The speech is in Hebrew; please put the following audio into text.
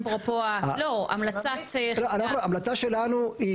ההמלצה שלנו היא